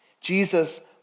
Jesus